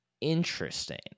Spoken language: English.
Interesting